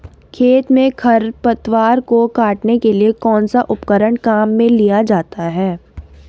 खेत में खरपतवार को काटने के लिए कौनसा उपकरण काम में लिया जाता है?